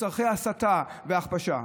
לצורכי הסתה והכפשה.